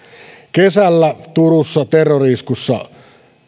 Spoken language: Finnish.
kesällä turussa terrori iskussa